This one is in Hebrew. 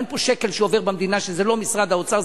אין פה שקל שעובר במדינה שזה לא משרד האוצר.